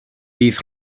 bydd